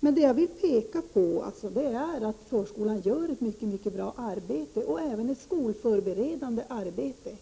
Vad jag vill peka på är att förskolan gör ett mycket bra arbete, även ett skolförberedande arbete.